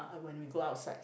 ah when we go outside